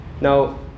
Now